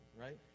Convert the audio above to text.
right